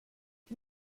die